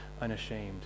unashamed